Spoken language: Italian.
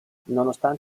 nonostante